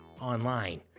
online